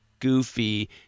goofy